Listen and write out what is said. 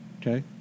Okay